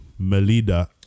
Melida